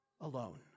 alone